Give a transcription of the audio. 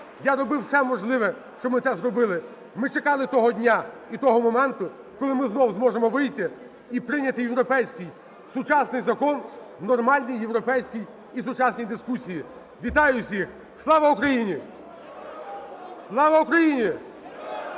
Я робив все можливе, щоб ми це зробили. Ми чекали того дня і того моменту, коли ми знову зможемо вийти і прийняти європейський сучасний закон в нормальній європейській і сучасній дискусії. Вітаю всіх! Слава Україні! ГОЛОСИ